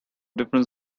different